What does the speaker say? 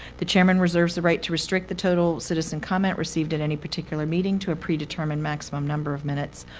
the chairman reserves the right to restrict the total citizen comment received at any particular meeting to a pre-determined maximum number of minutes,